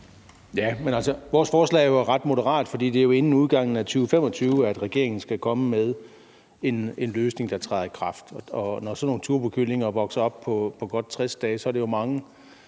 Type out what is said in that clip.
Rasmussen (EL): Vores forslag er ret moderat, for det er jo inden udgangen af 2025, at regeringen skal komme med en løsning, der træder i kraft. Når sådan nogle turbokyllinger vokser op på godt 60 dage, er det jo mange